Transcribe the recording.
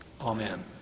Amen